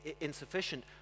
insufficient